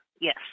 Yes